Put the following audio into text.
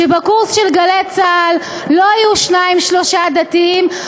שבקורס של "גלי צה"ל" לא היו שניים-שלושה דתיים,